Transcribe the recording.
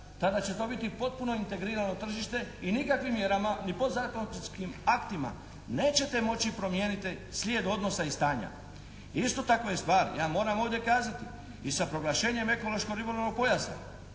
Tada će to biti potpuno integrirano tržište i nikakvim mjerama ni podzakonskim aktima nećete moći promijeniti slijed odnosa i stanja. Isto tako je stvar, ja moram ovdje kazati i sa proglašenjem ekološko-ribolovnog pojasa.